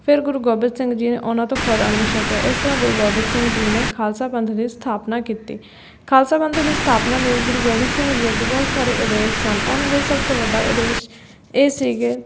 ਫਿਰ ਗੁਰੂ ਗੋਬਿੰਦ ਸਿੰਘ ਜੀ ਨੇ ਉਨ੍ਹਾਂ ਤੋਂ ਖੁਦ ਅੰਮ੍ਰਿਤ ਛਕਿਆ ਇਸ ਤਰ੍ਹਾਂ ਗੁਰੂ ਗੋਬਿੰਦ ਸਿੰਘ ਜੀ ਨੇ ਖਾਲਸਾ ਪੰਥ ਦੀ ਸਥਾਪਨਾ ਕੀਤੀ ਖਾਲਸਾ ਪੰਥ ਦੀ ਸਥਾਪਨਾ ਨੇ ਗੁਰੂ ਗੋਬਿੰਦ ਸਿੰਘ ਜੀ ਅੱਗੇ ਬਹੁਤ ਸਾਰੇ ਉਦੇਸ਼ ਸਨ ਉਨ੍ਹਾਂ ਲਈ ਸਭ ਤੋਂ ਵੱਡਾ ਉਦੇਸ਼ ਇਹ ਸੀ ਕਿ